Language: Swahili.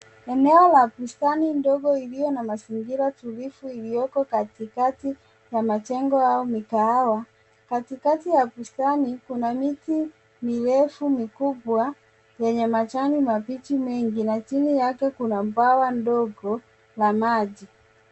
Eneo la bustani ndogo iliyo na mazingira tulivu iliyoko katikati ya majengo au mikahawa. Katikati ya bustani, kuna miti mirefu mikubwa yenye majani mabichi mengi na chini yake kuna bwawa ndogo la maji.